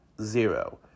zero